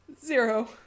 Zero